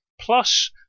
Plus